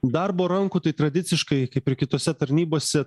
darbo rankų tai tradiciškai kaip ir kitose tarnybose